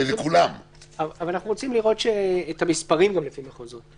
אנחנו רוצים לראות את המספרים גם לפי מחוזות.